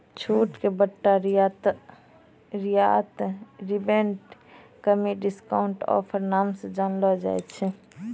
छूट के बट्टा रियायत रिबेट कमी डिस्काउंट ऑफर नाम से जानलो जाय छै